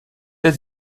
être